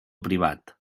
privat